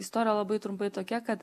istorija labai trumpai tokia kad